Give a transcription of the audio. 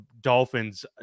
Dolphins